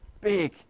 big